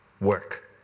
Work